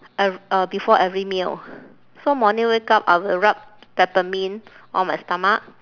ever~ uh before every meal so morning wake up I will rub peppermint on my stomach